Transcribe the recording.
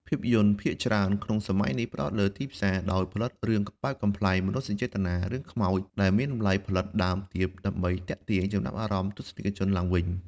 ភាពយន្តភាគច្រើនក្នុងសម័យនេះផ្តោតលើទីផ្សារ ដោយផលិតរឿងបែបកំប្លែង មនោសញ្ចេតនា និងខ្មោច ដែលមានតម្លៃផលិតដើមទាបដើម្បីទាក់ទាញចំណាប់អារម្មណ៍ទស្សនិកជនឡើងវិញ។